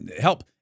Help